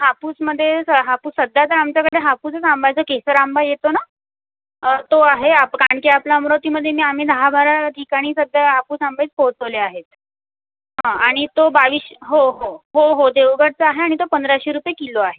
हापूसमध्ये स हापूस सध्या तर आमच्याकडे हापूसच आंबा आहे जो केसर आंबा येतो ना तो आहे आप कारण की आपल्या अमरावतीमध्ये मी आम्ही दहा बारा ठिकाणी सध्या हापूस आंबेच पोहोचवले आहेत हां आणि तो बावीसशे हो हो हो हो देवगडचा आहे आणि तो पंधराशे रुपये किलो आहे